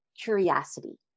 curiosity